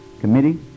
committee